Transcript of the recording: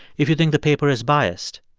if you think the paper is biased,